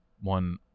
one